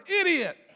idiot